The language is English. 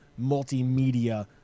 multimedia